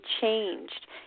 changed